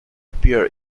appear